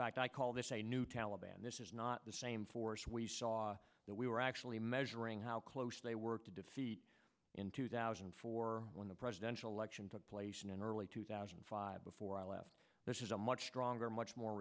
fact i call this a new taliban this is not the same force we saw that we were actually measuring how close they worked to defeat in two thousand and four when the presidential election took place in early two thousand and five before i left this is a much stronger much more